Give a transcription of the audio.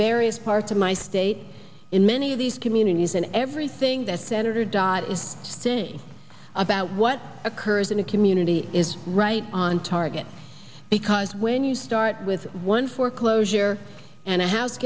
various parts of my state in many of these communities and everything that senator dodd is saying about what occurs in a community is right on target because when you start with one foreclosure and a house